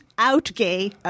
out-gay